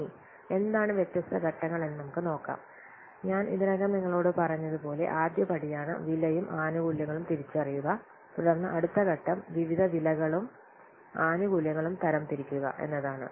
ഇനി എന്താണ് വ്യത്യസ്ത ഘട്ടങ്ങൾ എന്ന് നമുക്ക് നോക്കാം ഞാൻ ഇതിനകം നിങ്ങളോട് പറഞ്ഞതുപോലെ ആദ്യപടിയാണ് വിലയും ആനുകൂല്യങ്ങളും തിരിച്ചറിയുക തുടർന്ന് അടുത്ത ഘട്ടം വിവിധ വിലകളും ആനുകൂല്യങ്ങളും തരംതിരിക്കുക എന്നതാണ്